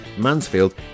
Mansfield